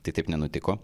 tai taip nenutiko